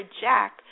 jack